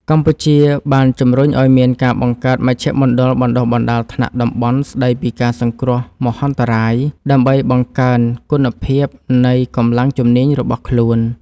កម្ពុជាបានជំរុញឱ្យមានការបង្កើតមជ្ឈមណ្ឌលបណ្តុះបណ្តាលថ្នាក់តំបន់ស្តីពីការសង្គ្រោះគ្រោះមហន្តរាយ ដើម្បីបង្កើនគុណភាពនៃកម្លាំងជំនាញរបស់ខ្លួន។